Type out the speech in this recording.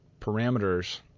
parameters